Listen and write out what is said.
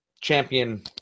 champion